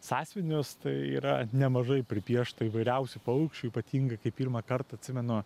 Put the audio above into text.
sąsiuvinius tai yra nemažai pripiešta įvairiausių paukščių ypatingai kai pirmą kartą atsimenu